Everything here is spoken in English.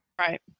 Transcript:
Right